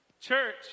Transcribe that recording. Church